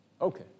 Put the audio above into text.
Okay